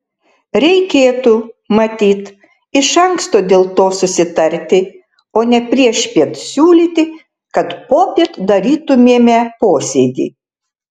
reikėtų matyt iš anksto dėl to susitarti o ne priešpiet siūlyti kad popiet darytumėme posėdį